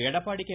Edappadi K